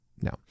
no